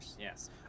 yes